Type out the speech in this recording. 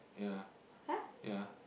!huh!